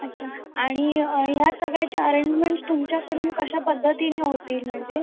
अच्छा आणि ह्या सगळ्याच्या अरेंजमेंट्स तुमच्याकडून कशा पद्धतीनी होतील म्हणजे